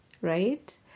right